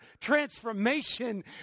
transformation